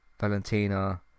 Valentina